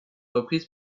reprise